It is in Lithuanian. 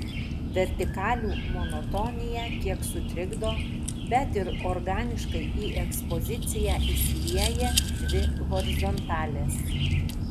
vertikalių monotoniją kiek sutrikdo bet ir organiškai į ekspoziciją įsilieja dvi horizontalės